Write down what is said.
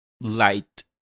light